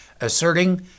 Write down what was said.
asserting